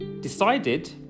decided